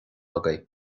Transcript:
agaibh